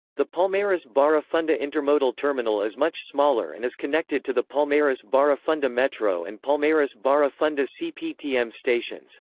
the palmeiras-barra funda intermodal terminal is much smaller and is connected to the palmeiras-barra funda metro and palmeiras-barra funda cptm stations.